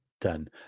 done